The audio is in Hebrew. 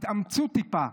תתאמצו טיפה,